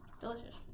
delicious